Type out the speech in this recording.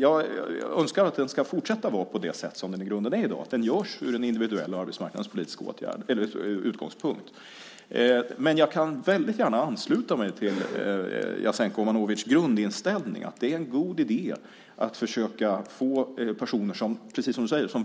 Jag önskar att prövningen ska fortsätta att göras på samma sätt som i dag, från en individuell och arbetsmarknadspolitisk utgångspunkt. Jag kan väldigt gärna ansluta mig till Jasenko Omanovics grundinställning att det är en god idé att försöka få personer som